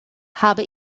habe